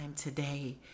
today